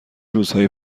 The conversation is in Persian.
روزهایی